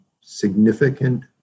significant